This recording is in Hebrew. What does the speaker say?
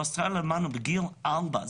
באוסטרליה למדנו בגיל ארבע,